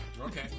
Okay